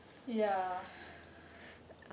ya